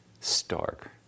stark